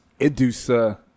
Idusa